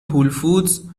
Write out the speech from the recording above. هولفودز